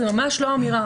זאת ממש לא האמירה.